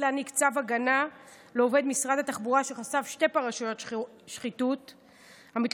להעניק צו הגנה לעובד משרד התחבורה שחשף שתי פרשיות שחיתות במשרד.